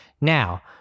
Now